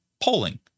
polling